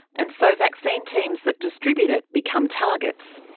and so vaccine teams that distribute it become targets.